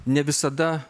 ne visada